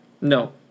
No